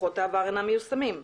דו"חות העבר אינם מיושמים.